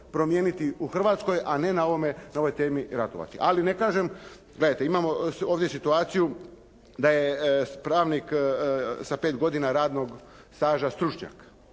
promijeniti u Hrvatskoj, a ne na ovoj temi ratovati. Ali ne kažem, gledajte imamo ovdje situaciju da je pravnik sa pet godina radnog staža stručnjak.